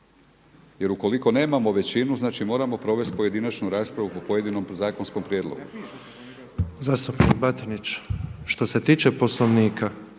Jer ukoliko nemamo većinu, znači moramo provesti pojedinačnu raspravu po pojedinom zakonskom prijedlogu.